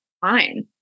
fine